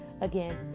again